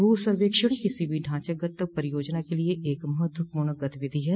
भू सर्वेक्षण किसी भी ढांचागत परियोजना के लिए एक महत्वपूर्ण गतिविधि है